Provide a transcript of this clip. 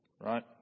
right